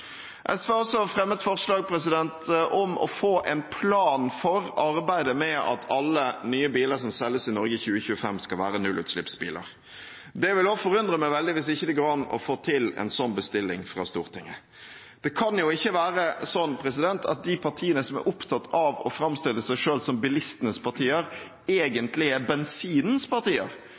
SV har også fremmet forslag om å få en plan for arbeidet med at alle nye biler som selges i Norge i 2025, skal være nullutslippsbiler. Det vil forundre meg veldig hvis det ikke går an å få til en slik bestilling fra Stortinget. Det kan jo ikke være sånn at de partiene som er opptatt av å framstille seg selv som bilistenes partier, egentlig er